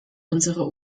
unserer